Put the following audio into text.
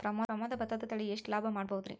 ಪ್ರಮೋದ ಭತ್ತದ ತಳಿ ಎಷ್ಟ ಲಾಭಾ ಮಾಡಬಹುದ್ರಿ?